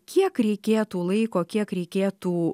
kiek reikėtų laiko kiek reikėtų